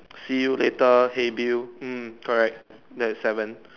see you later hey Bill hmm correct that is seven